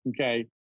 Okay